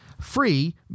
free